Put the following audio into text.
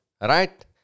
right